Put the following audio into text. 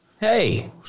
hey